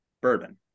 bourbon